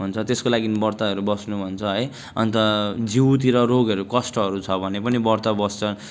भन्छ त्यसको लागि व्रतहरू बस्नु भन्छ है अन्त जिउतिर रोगहरू कष्टहरू छ भने पनि व्रत बस्छ